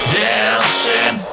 dancing